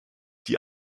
die